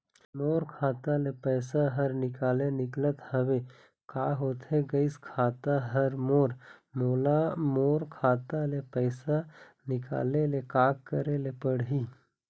मोर खाता ले पैसा हर निकाले निकलत हवे, का होथे गइस खाता हर मोर, मोला मोर खाता ले पैसा निकाले ले का करे ले पड़ही?